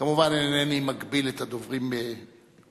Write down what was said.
כמובן שאינני מגביל את הדוברים בזמן,